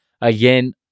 Again